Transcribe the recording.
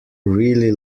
really